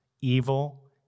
evil